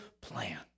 plan